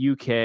UK